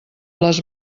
les